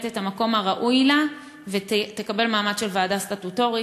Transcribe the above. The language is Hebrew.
את המקום הראוי לה ותקבל מעמד של ועדה סטטוטורית.